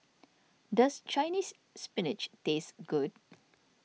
does Chinese Spinach taste good